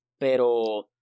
pero